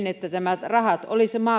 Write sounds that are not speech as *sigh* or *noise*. *unintelligible* että nämä rahat olisivat